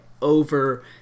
over